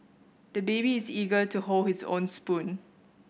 the baby is eager to hold his own spoon